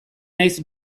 naiz